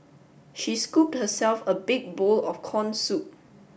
she scooped herself a big bowl of corn soup